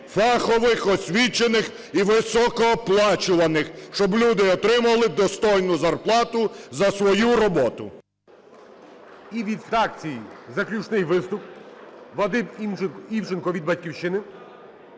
фахових, освічених і високооплачуваних, щоб люди отримали достойну зарплату за свою роботу. ГОЛОВУЮЧИЙ. І від фракцій заключний виступ - Вадим Івченко від "Батьківщини".